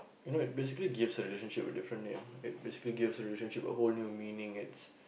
you know basically gives a relationship a different name it basically gives a relationship a whole new meaning it's